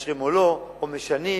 מאשרים או לא או משנים.